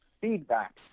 feedback